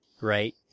right